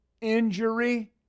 Injury